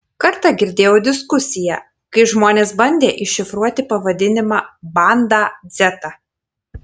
kartą girdėjau diskusiją kai žmonės bandė iššifruoti pavadinimą bandą dzeta